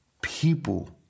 people